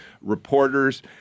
reporters